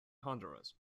honduras